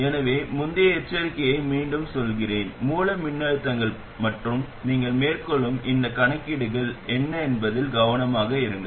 எனவே முந்தைய எச்சரிக்கையை மீண்டும் சொல்கிறேன் மூல மின்னழுத்தங்கள் மற்றும் நீங்கள் மேற்கொள்ளும் இந்தக் கணக்கீடுகள் என்ன என்பதில் கவனமாக இருங்கள்